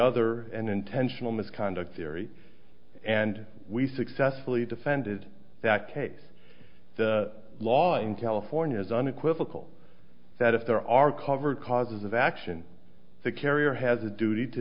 other an intentional misconduct theory and we successfully defended that case law in california is unequivocal that if there are covered causes of action the carrier has a duty to